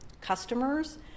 customers